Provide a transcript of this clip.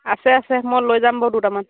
আছে আছে মই লৈ যাম বাৰু দুটামান